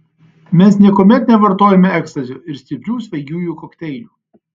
mes niekuomet nevartojome ekstazio ir stiprių svaigiųjų kokteilių